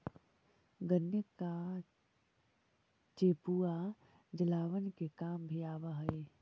गन्ने का चेपुआ जलावन के काम भी आवा हई